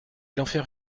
l’enfer